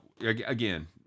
again